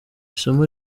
isomo